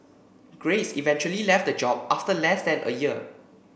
Grace eventually left the job after less than a year